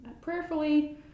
prayerfully